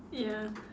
ya